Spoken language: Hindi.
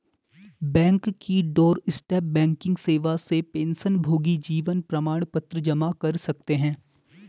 बैंक की डोरस्टेप बैंकिंग सेवा से पेंशनभोगी जीवन प्रमाण पत्र जमा कर सकते हैं